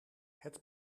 het